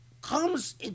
comes